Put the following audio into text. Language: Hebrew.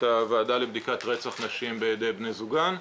הוועדה לבדיקת רצח נשים בידי בן זוגן.